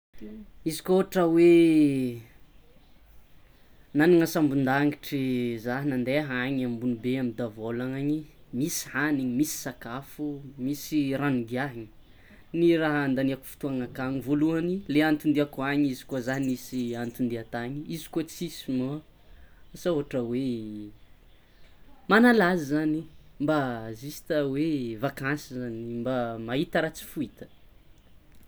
Izy koa ohatra hoe nagnana sambondangitry za nande any ambony be amy davôlagna agny misy hagniny misy sakafo misy rano higiahana ny raha andaniako fotoagna akagny voalohany le antondiako any izy koa zah nisy antodia tany izy koa tsisy moa asa ohatra hoe manala azy zany mba jista hoe vakansy zany mba mahita foita.